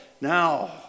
Now